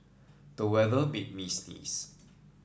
the weather made me sneeze